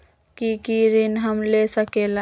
की की ऋण हम ले सकेला?